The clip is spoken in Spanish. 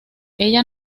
ella